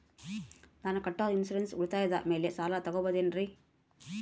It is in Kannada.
ನಾನು ಕಟ್ಟೊ ಇನ್ಸೂರೆನ್ಸ್ ಉಳಿತಾಯದ ಮೇಲೆ ಸಾಲ ತಗೋಬಹುದೇನ್ರಿ?